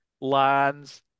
lines